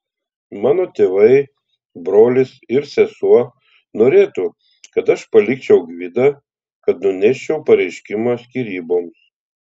mano tėvai brolis ir sesuo norėtų kad aš palikčiau gvidą kad nuneščiau pareiškimą skyryboms